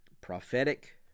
prophetic